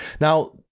Now